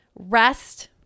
rest